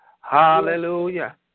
Hallelujah